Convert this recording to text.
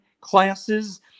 classes